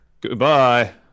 Goodbye